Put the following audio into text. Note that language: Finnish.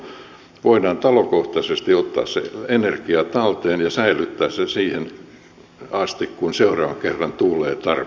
silloin voidaan talokohtaisesti ottaa se energia talteen ja säilyttää se siihen asti kun seuraavan kerran tuulee tarpeeksi